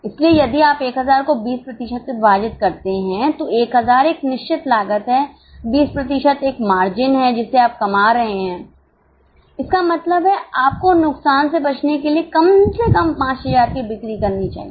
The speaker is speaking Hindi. इसलिए यदि आप 1000 को 20 प्रतिशत से विभाजित करते हैं तो 1000 एक निश्चित लागत है 20 प्रतिशत एक मार्जिन है जिसे आप कमा रहे हैं इसका मतलब है आपको नुकसान से बचने के लिए कम से कम 5000 की बिक्री करनी चाहिए